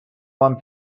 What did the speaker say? вам